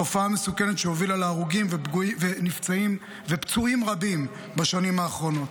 תופעה מסוכנת שהובילה להרוגים ופצועים רבים בשנים האחרונות.